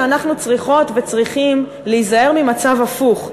האמת היא שאנחנו צריכות וצריכים להיזהר ממצב הפוך,